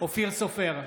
אופיר סופר,